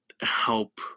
help